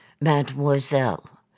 Mademoiselle